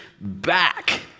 back